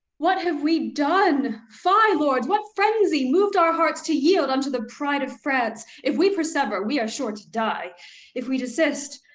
what have we done? fie lords, what frenzy moved our hearts to yield unto the pride of france? if we persever, but we are sure to die if we desist,